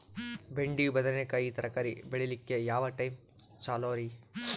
ಬೆಂಡಿ ಬದನೆಕಾಯಿ ತರಕಾರಿ ಬೇಳಿಲಿಕ್ಕೆ ಯಾವ ಟೈಮ್ ಚಲೋರಿ?